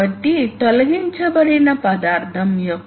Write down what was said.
కాబట్టి ఉదాహరణకు మీరు దానిని చూడండి